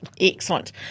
Excellent